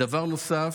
דבר נוסף,